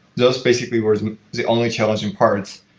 those basically were the only challenging parts.